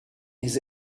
his